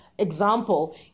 example